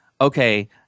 okay